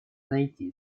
найти